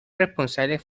responsables